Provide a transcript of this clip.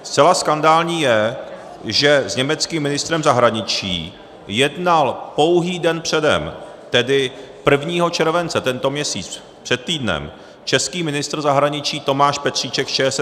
Zcela skandální je, že s německým ministrem zahraničí jednal pouhý den předem, tedy 1. července, tento měsíc, před týdnem, český ministr zahraničí Tomáš Petříček z ČSSD.